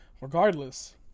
Regardless